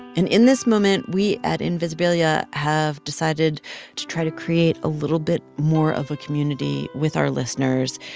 and in this moment, we at invisibilia have decided to try to create a little bit more of a community with our listeners.